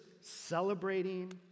celebrating